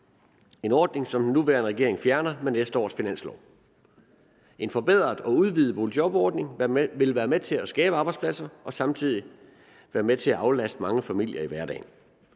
en ordning, som den nuværende regering fjerner med næste års finanslov. En forbedret og udvidet boligjobordning ville være med til at skabe arbejdspladser og samtidig være med til at aflaste mange familier i hverdagen.